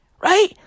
Right